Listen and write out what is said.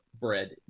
bread